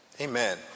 Amen